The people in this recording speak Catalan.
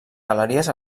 galeries